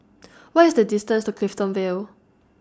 What IS The distance to Clifton Vale